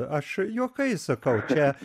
aš juokais sakau čia